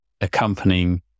accompanying